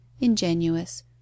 ingenuous